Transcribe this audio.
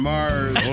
Mars